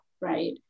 right